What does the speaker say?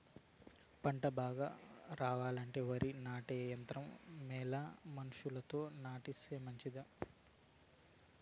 పంట బాగా రావాలంటే వరి నాటే యంత్రం మేలా మనుషులతో నాటిస్తే మంచిదా?